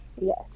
Yes